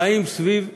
חיים סביב חרדה.